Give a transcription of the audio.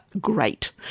great